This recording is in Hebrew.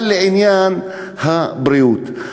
אבל לעניין הבריאות,